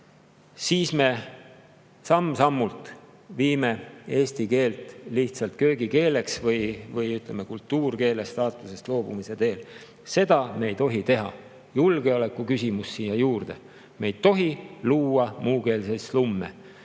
siis me samm-sammult viime eesti keele lihtsalt köögikeeleks või, ütleme, kultuurkeele staatusest loobumise teele. Seda me ei tohi teha. Julgeoleku küsimus siia juurde. Me ei tohi luua muukeelseid slumme.